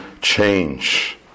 change